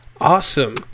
Awesome